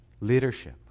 leadership